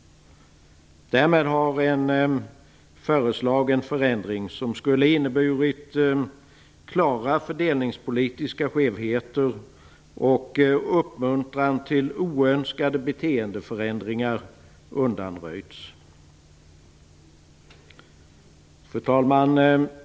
Därmed har en föreslagen förändring som skulle ha inneburit klara fördelningspolitiska skevheter och uppmuntran till oönskade beteendeförändringar undanröjts. Fru talman!